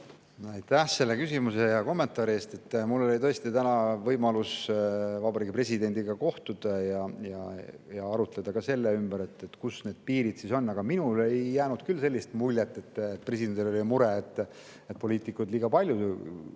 Aitäh selle küsimuse ja kommentaari eest! Mul oli tõesti täna võimalus vabariigi presidendiga kohtuda ja arutleda ka selle üle, kus need piirid siis on. Aga minule ei jäänud küll sellist muljet, et presidendil oleks mure, et poliitikud liiga palju